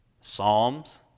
Psalms